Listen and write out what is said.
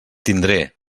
tindré